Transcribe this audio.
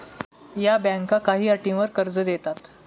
या बँका काही अटींवर कर्ज देतात